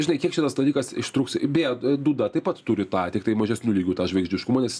žinai kiek šitas dalykas ištrūks beje duda taip pat turi tą tiktai mažesniu lygiu tą žvaigždiškumą nes